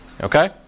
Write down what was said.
okay